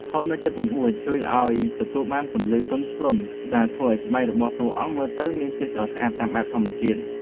ថតនៅជិតបង្អួចជួយឱ្យទទួលបានពន្លឺទន់ភ្លន់ដែលធ្វើឱ្យស្បែករបស់តួអង្គមើលទៅស្រស់ស្អាតតាមបែបធម្មជាតិ។